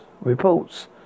reports